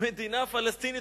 מדינה פלסטינית,